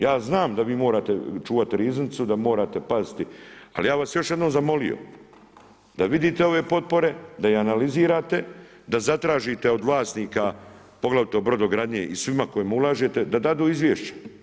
Ja znam da vi morate čuvati riznicu, da morate paziti ali ja bi vas još jednom zamolio da vidite ove potpore, da ih analizirate, da zatražite od vlasnika poglavito brodogradnje i svima kojima ulažete, da dadu izvješće.